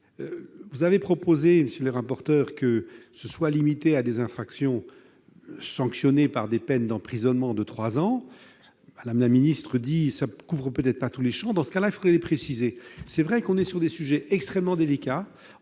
Vous avez proposé, messieurs les rapporteurs, que le recours à cette mesure soit limité à des infractions sanctionnées de peines d'emprisonnement de trois ans. Mme la ministre dit que cela ne couvre peut-être pas tous les champs ; dans ce cas, il faudrait les préciser. Il est vrai que ce sont des sujets extrêmement délicats.